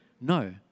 no